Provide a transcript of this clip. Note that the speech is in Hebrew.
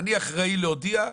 שאתה אחראי להודיע,